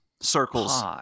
circles